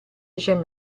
jean